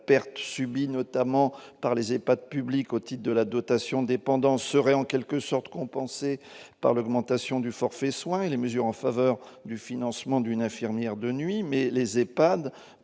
la perte subie notamment par les EHPAD publics au titre de la dotation dépendance serait en quelque sorte compensée par l'augmentation du forfait soins et les mesures en faveur du financement d'une infirmière de nuit. Mais les EHPAD